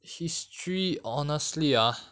history honestly ah